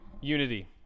unity